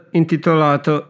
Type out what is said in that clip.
intitolato